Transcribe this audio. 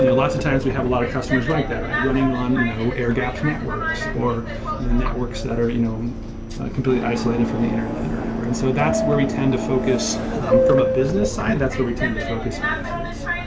you know lots of times we have a lot of customers like that, running on you know air gaps network or networks that are you know completely isolated from the internet or whatever. and so that's where we tend to focus from a business side, that's where we tend to focus our efforts.